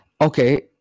okay